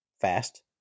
Fast